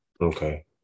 Okay